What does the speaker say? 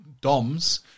doms